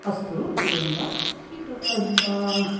अस्तु एवं वा इदु